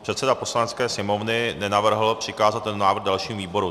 Předseda Poslanecké sněmovny nenavrhl přikázat ten návrh dalšímu výboru.